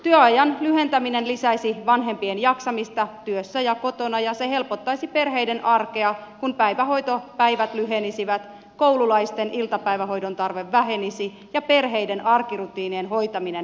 työajan lyhentäminen lisäisi vanhempien jaksamista työssä ja kotona ja se helpottaisi perheiden arkea kun päivähoitopäivät lyhenisivät koululaisten iltapäivähoidon tarve vähenisi ja perheiden arkirutiinien hoitaminen helpottuisi